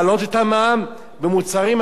במוצרים אחרים להוריד את המע"מ,